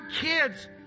kids